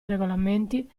regolamenti